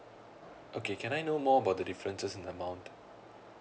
okay can I know more about the differences in amount